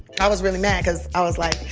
i was really mad cuz i was like,